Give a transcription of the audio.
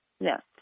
Yes